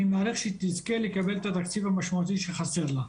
אני מעריך שהיא תזכה לקבל את התקציב המשמעותי שחסר לה.